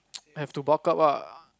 have to bulk up ah